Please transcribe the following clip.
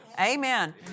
Amen